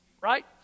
right